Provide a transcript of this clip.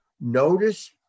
notice